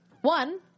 One